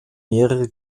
mehrere